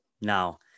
Now